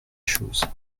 chose